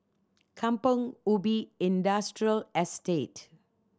Kampong Ubi Industrial Estate